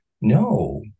no